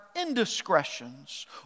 indiscretions